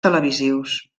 televisius